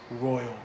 royal